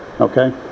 okay